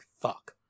fuck